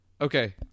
Okay